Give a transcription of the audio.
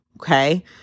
okay